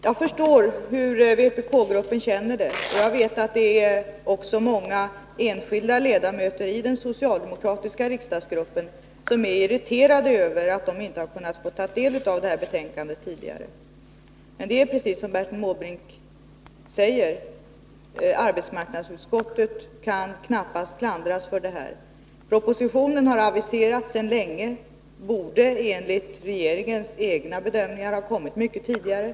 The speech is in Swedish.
Herr talman! Jag förstår hur vpk-gruppen känner det. Jag vet att också många enskilda ledamöter i den socialdemokratiska riksdagsgruppen är irriterade över att de inte har kunnat få ta del av detta betänkande tidigare. Men det är precis som Bertil Måbrink säger: Arbetsmarknadsutskottet kan knappast klandras för detta. Propositionen har aviserats sedan länge och borde enligt regeringens egna bedömningar kommit mycket tidigare.